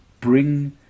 bring